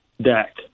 Dak